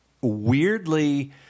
weirdly